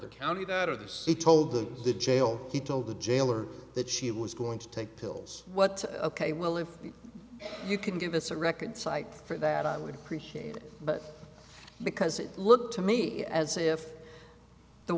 the county or the city told them the jail he told the jailer that she was going to take pills what they will if you can give us a record cite for that i would appreciate it but because it looked to me as if the